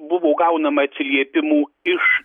buvo gaunama atsiliepimų iš